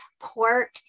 pork